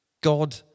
God